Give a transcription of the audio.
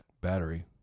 Battery